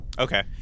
Okay